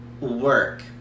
work